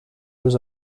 was